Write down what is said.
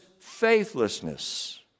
faithlessness